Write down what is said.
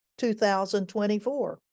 2024